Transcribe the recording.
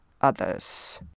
others